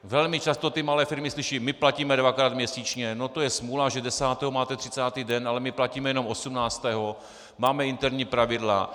Velmi často malé firmy slyší: My platíme dvakrát měsíčně, no to je smůla, že desátého máte třicátý den, ale my platíme jenom osmnáctého, máme interní pravidla.